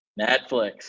Netflix